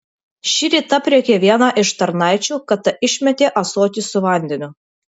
šįryt aprėkė vieną iš tarnaičių kad ta išmetė ąsotį su vandeniu